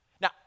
Now